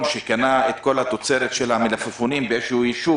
שקנה את כל תוצרת המלפפונים באחיטוב.